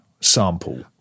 sample